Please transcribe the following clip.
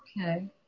Okay